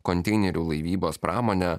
konteinerių laivybos pramonė